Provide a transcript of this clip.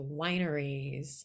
wineries